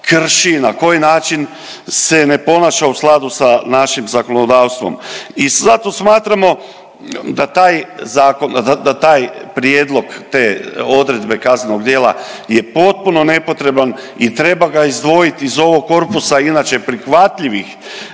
na koji način se ne ponaša u skladu sa našim zakonodavstvom. I zato smatramo da taj zakon, da taj prijedlog te odredbe kaznenog djela je potpuno nepotreban i treba ga izdvojiti iz ovog korpusa inače prihvatljivih